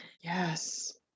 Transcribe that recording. Yes